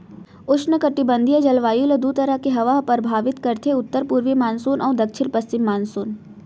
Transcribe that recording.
उस्नकटिबंधीय जलवायु ल दू तरह के हवा ह परभावित करथे उत्तर पूरवी मानसून अउ दक्छिन पस्चिम मानसून